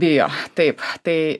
bijo taip tai